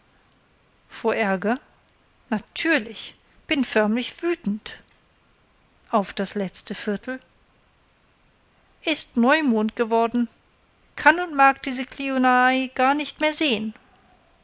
vor aerger natürlich bin förmlich wütend auf das letzte viertel ist neumond geworden kann und mag diese kliuna ai gar nicht mehr sehen